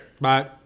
Bye